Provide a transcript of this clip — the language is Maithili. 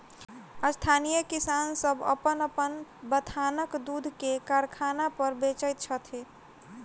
स्थानीय किसान सभ अपन अपन बथानक दूध के कारखाना पर बेचैत छथि